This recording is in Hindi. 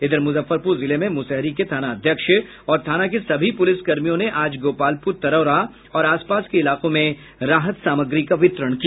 इधर मुजफ्फरपुर जिले में मुसहरी के थानाध्यक्ष और थाना के सभी पुलिस कर्मियों ने आज गोपालपुर तरौरा और आसपास के इलाकों में राहत सामग्री का वितरण किया